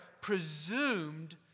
presumed